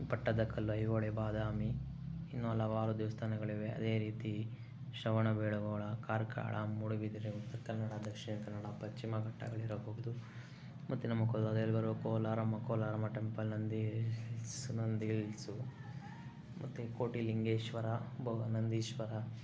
ಪಟ್ಟದಕಲ್ಲು ಐಹೊಳೆ ಬಾದಾಮಿ ಇನ್ನು ಹಲವಾರು ದೇವಸ್ಥಾನಗಳಿವೆ ಅದೇ ರೀತಿ ಶ್ರವಣ ಬೆಳಗೊಳ ಕಾರ್ಕಳ ಮೂಡಬಿದಿರೆ ಉತ್ತರ ಕನ್ನಡ ದಕ್ಷಿಣ ಕನ್ನಡ ಪಶ್ಚಿಮ ಘಟ್ಟಗಳಿರಬಹುದು ಮತ್ತೆ ನಮ್ಮ ಕೋಲಾರದಲ್ಲಿ ಬರುವ Kolaramma Kolaramma temple Nandi hills Nandi hills ಮತ್ತೆ ಕೋಟಿ ಲಿಂಗೇಶ್ವರ ಭೋಗನಂದೀಶ್ವರ